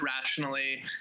rationally